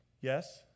Yes